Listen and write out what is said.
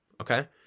Okay